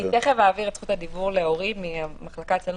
אני תכף אעביר את זכות הדיבור לאורי מהמחלקה אצלנו